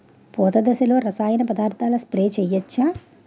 పూత దశలో రసాయన పదార్థాలు స్ప్రే చేయచ్చ?